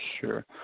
Sure